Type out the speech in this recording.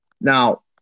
Now